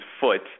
foot